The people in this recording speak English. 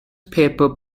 papers